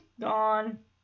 Gone